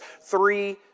three